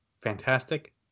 fantastic